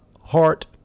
heart